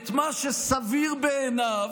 את מה שסביר בעיניו,